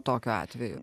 tokiu atveju